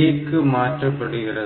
A க்கு மாற்றப்படுகிறது